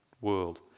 world